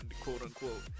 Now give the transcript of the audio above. quote-unquote